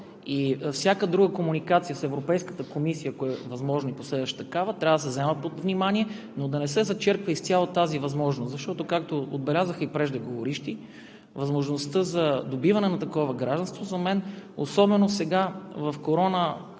и всяка друга комуникация с Европейската комисия, ако е възможно и последваща такава, трябва да се вземат под внимание, но да не се зачерква изцяло тази възможност, защото, както отбелязаха и преждеговоривши, възможността за добиване на такова гражданство за мен, особено сега в коронакризата